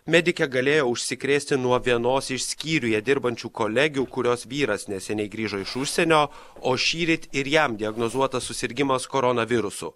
medikė galėjo užsikrėsti nuo vienos iš skyriuje dirbančių kolegių kurios vyras neseniai grįžo iš užsienio o šįryt ir jam diagnozuotas susirgimas koronavirusu